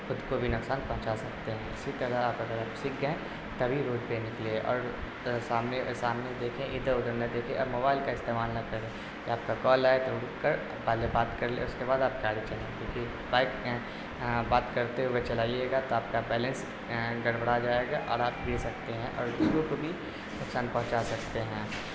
خود کو بھی نقصان پہنچا سکتے ہیں اسی طرح آپ اگر سیکھ گیں تبھی روڈ پہ نکلے اور سامنے سامنے دیکھیں ادھر ادھر نہ دیکھیں اور موبائل کا استعمال نہ کریں آپ کا کال آئے تو رک کر پہلے بات کر لیں اس کے بعد آپ گاڑی چلائیں کیونکہ بائک بات کرتے ہوئے چلائیے گا تو آپ کا بیلنس گڑبڑا جائے گا اور آپ گر سکتے ہیں اور دوسروں کو بھی نقصان پہنچا سکتے ہیں